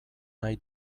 nahi